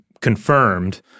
confirmed